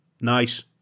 Nice